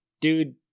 dude